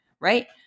Right